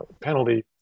penalty